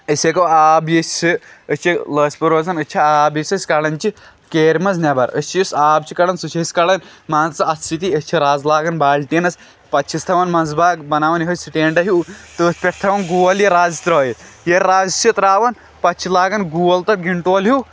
أسۍ ہٮ۪کو آب یُس چھِ أسۍ چھِ لٲسۍ پوٗرۍ روزان أسۍ چھِ آب یُس أسۍ کَڑان چھِ کِہرِ منٛز نٮ۪بَر أسۍ چھِ یُس آب چھِ کَڑان سُہ چھِ أسۍ کَڑان مان ژٕ اَتھٕ سۭتی أسۍ چھِ رَز لاگان بالٹیٖنَس پَتہٕ چھِس تھاوان منٛزٕ باگ بَناوان یوٚہَے سِٹینٛڈا ہیوٗ تٔتھۍ تھاوان گول یہِ رَز ترٛٲیِتھ ییٚلہِ رَز چھِ ترٛاوان پَتہٕ چھِ لاگان گول تَتھ گِنٹول ہیوٗ